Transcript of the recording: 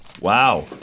wow